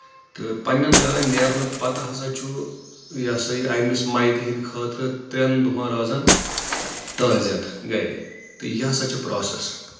تہٕ پنٕنؠن گرن نیرنہٕ پتہٕ ہسا چھُ یہِ ہسا یہِ أمِس میتہِ ہِنٛدِ خٲطرٕ ترٛؠن دۄہَن روزان تٲضِت گرِ تہٕ یہِ ہسا چھِ پروس